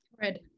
Red